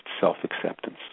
self-acceptance